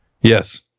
Yes